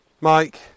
Mike